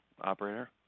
Operator